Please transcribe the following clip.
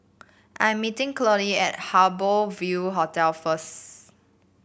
I am meeting Claudie at Harbour Ville Hotel first